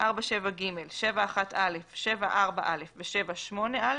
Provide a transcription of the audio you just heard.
4.7ג, 7.1א, 7.4א ו-7.8א,